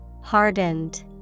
Hardened